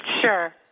Sure